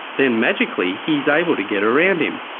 then magically he's able to get around him.